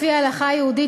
לפי ההלכה היהודית,